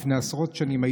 לפני עשרות שנים,